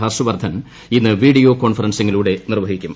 ഹർഷ് വർദ്ധൻ ഇന്ന് വീഡിയോ കോൺഫറൻസിലൂടെ നിർവ്വഹിക്കും